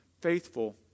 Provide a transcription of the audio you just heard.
faithful